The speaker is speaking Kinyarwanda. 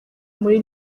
muri